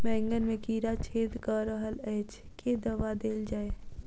बैंगन मे कीड़ा छेद कऽ रहल एछ केँ दवा देल जाएँ?